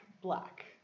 black